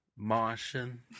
Martian